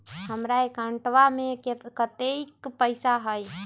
हमार अकाउंटवा में कतेइक पैसा हई?